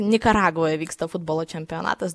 nikaragvoje vyksta futbolo čempionatas